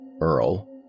Earl